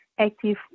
active